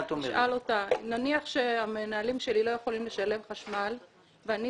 נניח שהמנהלים שלי לא יכולים לשלם חשמל ואני